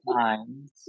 times